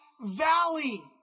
valley